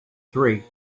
three